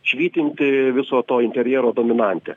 švytinti viso to interjero dominantė